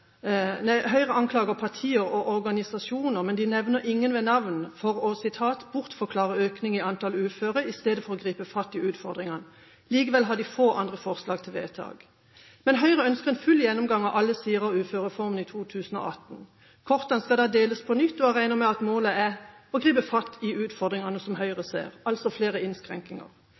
partier og organisasjoner – men de nevner ingen ved navn – for «å bortforklare økningen i andelen uføre i stedet for å gripe fatt i utfordringene». Likevel har de få andre forslag til vedtak. Men Høyre ønsker en full gjennomgang av alle sider ved uførereformen i 2018. Kortene skal da deles på nytt, og jeg regner med at målet er å gripe fatt i utfordringene som Høyre ser – altså flere